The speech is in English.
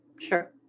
Sure